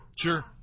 Sure